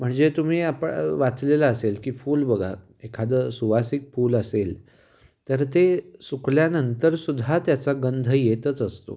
म्हणजे तुम्ही आपण वाचलेलं असेल की फूल बघा एखादं सुवासिक फूल असेल तर ते सुकल्यानंतर सुुद्धा त्याचा गंध येतच असतो